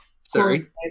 Sorry